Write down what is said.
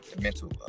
mental